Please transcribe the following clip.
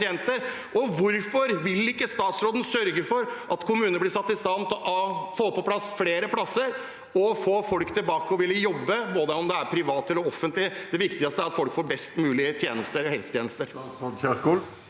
Hvorfor vil ikke statsråden sørge for at kommunene blir satt i stand til å få på plass flere plasser og få folk tilbake til i jobb, enten det er privat eller offentlig? Det viktigste er at folk får best mulig helsetjenester.